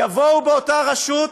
יבואו באותה רשות,